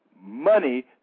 money